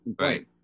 Right